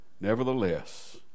Nevertheless